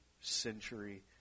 century